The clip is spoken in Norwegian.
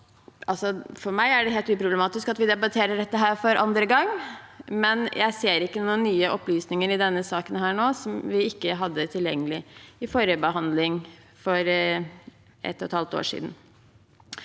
For meg er det helt uproblematisk at vi debatterer dette for andre gang, men jeg ser ikke noen nye opplysninger i saken som vi ikke hadde tilgjengelig ved forrige behandling, for et og et halvt år siden.